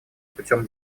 путем